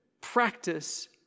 Practice